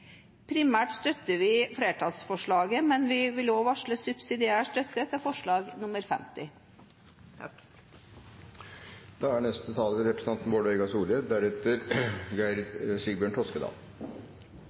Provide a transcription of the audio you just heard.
Primært støtter vi flertallsforslaget, men vi vil også varsle subsidiær støtte til forslag nr. 50.